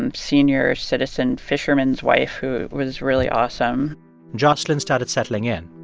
and senior citizen fisherman's wife who was really awesome jocelyn started settling in.